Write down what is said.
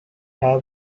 hair